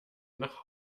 nach